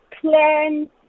plan